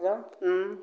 hello